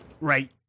right